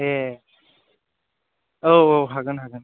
ए औ औ हागोन हागोन